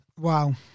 Wow